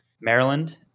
Maryland